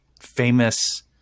famous